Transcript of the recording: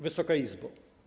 Wysoka Izbo!